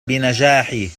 بنجاحي